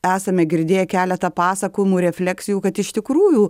esame girdėję keletą pasakojimų refleksijų kad iš tikrųjų